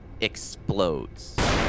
explodes